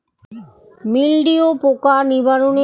মিলভিউ পোকার নিবারণের জন্য কোন রাসায়নিক দিতে হয়?